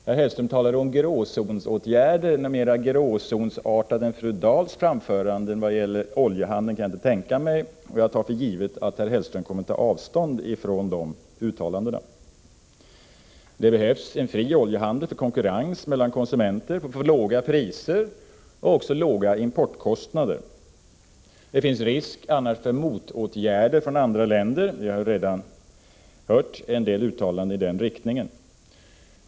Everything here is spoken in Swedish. Herr Hellström talade om gråzonsåtgärder. Något mera gråzonsartat än fru Dahls yttranden vad beträffar oljehandeln kan jag inte tänka mig, och jag tar för givet att herr Hellström kommer att ta avstånd från de uttalandena. Det behövs en fri oljehandel, konkurrens och låga importkostnader för att konsumenterna skall få låga priser. Det finns annars risk för motåtgärder från andra länder. Vi har redan hört en del uttalanden i den riktningen.